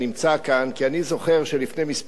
כי אני זוכר שלפני כמה חודשים,